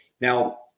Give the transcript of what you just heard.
Now